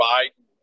Biden